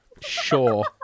Sure